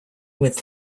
with